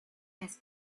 has